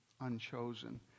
unchosen